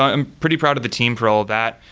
i'm pretty proud of the team for all that.